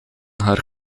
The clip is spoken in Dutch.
haar